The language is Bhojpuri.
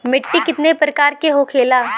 मिट्टी कितने प्रकार के होखेला?